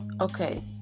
Okay